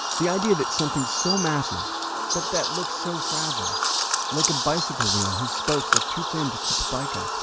the idea that something so massive but that looks so fragile like a bicycle wheel whose spokes look too thin to keep a bike up,